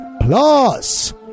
Plus